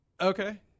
Okay